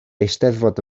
eisteddfod